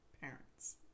Parents